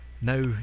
Now